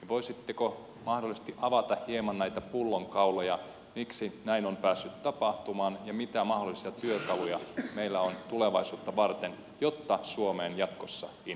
voisitteko mahdollisesti avata hieman näitä pullonkauloja miksi näin on päässyt tapahtumaan ja mitä mahdollisia työkaluja meillä on tulevaisuutta varten jotta suomeen jatkossa investoitaisiin